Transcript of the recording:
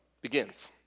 begins